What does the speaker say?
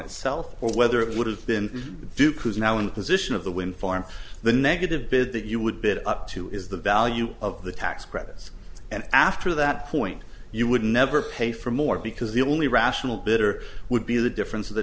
itself or whether it would have been duke who is now in the position of the wind farm the negative bid that you would bid up to is the value of the tax credits and after that point you would never pay for more because the only rational better would be the difference of the